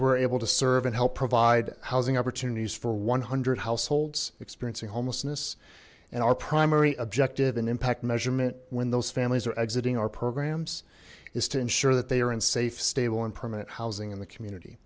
were able to serve and help provide housing opportunities for one hundred households experiencing homelessness and our primary objective in impact measurement when those families are exiting our programs is to ensure that they are in safe stable and permanent housing in the community